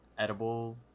edible